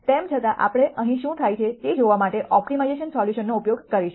તેમ છતાં આપણે અહીં શું થાય છે તે જોવા માટે ઓપ્ટિમાઇઝેશન સોલ્યુશનનો ઉપયોગ કરીશું